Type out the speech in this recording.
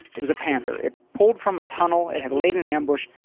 it was a panther. it pulled from a tunnel. it had laid in ambush,